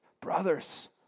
brothers